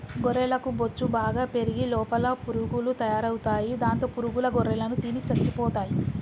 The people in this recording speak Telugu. గొర్రెలకు బొచ్చు బాగా పెరిగి లోపల పురుగులు తయారవుతాయి దాంతో పురుగుల గొర్రెలను తిని చచ్చిపోతాయి